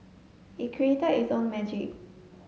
it created its own magic